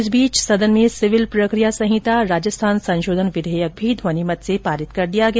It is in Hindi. इस बीच सदन में सिविल प्रकिया संहिता राजस्थान संशोधन विधेयक भी ध्वनिमत से पारित कर दिया गया